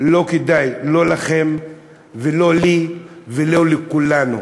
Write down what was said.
לא כדאי, לא לכם ולא לי ולא לכולנו.